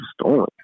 stolen